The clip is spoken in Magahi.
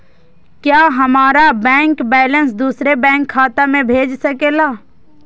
क्या हमारा बैंक बैलेंस दूसरे बैंक खाता में भेज सके ला?